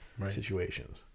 situations